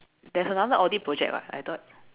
there's another audit project [what] I thought